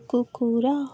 କୁକୁର